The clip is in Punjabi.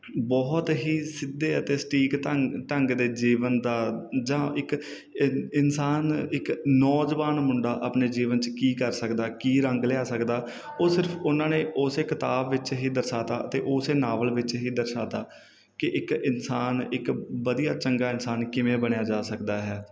ਬਹੁਤ ਹੀ ਸਿੱਧੇ ਅਤੇ ਸਟੀਕ ਢੰਗ ਢੰਗ ਦੇ ਜੀਵਨ ਦਾ ਜਾਂ ਇੱਕ ਇਨ ਇਨਸਾਨ ਇੱਕ ਨੌਜਵਾਨ ਮੁੰਡਾ ਆਪਣੇ ਜੀਵਨ 'ਚ ਕੀ ਕਰ ਸਕਦਾ ਕੀ ਰੰਗ ਲਿਆ ਸਕਦਾ ਉਹ ਸਿਰਫ਼ ਉਹਨਾਂ ਨੇ ਉਸ ਕਿਤਾਬ ਵਿੱਚ ਹੀ ਦਰਸਾ ਤਾ ਅਤੇ ਉਸ ਨਾਵਲ ਵਿੱਚ ਹੀ ਦਰਸਾ ਤਾ ਕਿ ਇੱਕ ਇਨਸਾਨ ਇੱਕ ਵਧੀਆ ਚੰਗਾ ਇਨਸਾਨ ਕਿਵੇਂ ਬਣਿਆ ਜਾ ਸਕਦਾ ਹੈ